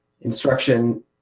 instruction